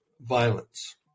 violence